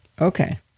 Okay